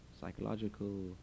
Psychological